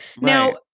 Now